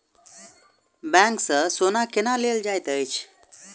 bank सँ सोना केना लेल जाइत अछि